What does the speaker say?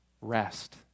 rest